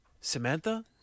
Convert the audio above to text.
Samantha